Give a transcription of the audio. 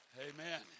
Amen